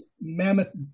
mammoth